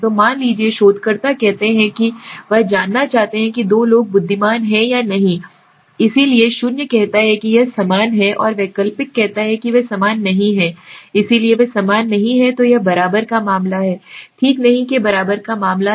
तो मान लीजिए शोधकर्ता कहते हैं कि वह जानना चाहते हैं कि दो लोग बुद्धिमान हैं या नहीं वही इसलिए शून्य कहता है कि यह समान है और वैकल्पिक कहता है कि वे समान नहीं हैं इसलिए वे समान नहीं हैं तो यह बराबर का मामला है ठीक नहीं के बराबर का मामला है